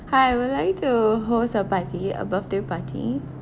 hi I would like to host a party a birthday party